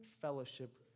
fellowship